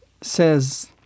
says